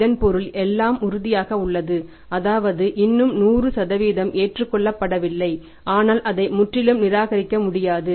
இதன் பொருள் எல்லாம் உறுதியாக உள்ளது அதாவது இன்னும் 100 சதவீதம் ஏற்றுக்கொள்ளப்படவில்லை ஆனால் அதை முற்றிலும் நிராகரிக்க முடியாது